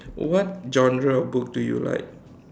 what genre of book do you like